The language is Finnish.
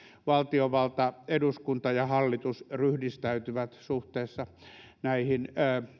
valtiovalta eduskunta ja hallitus ryhdistäytyvät suhteessa näihin